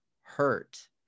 hurt